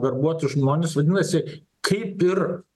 verbuoti žmones vadinasi kaip ir